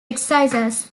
exercises